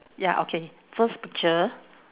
ya okay first picture